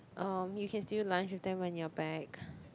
um you can still lunch with them when you're back